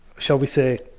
shall we say,